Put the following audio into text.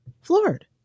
Floored